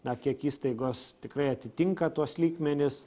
na kiek įstaigos tikrai atitinka tuos lygmenis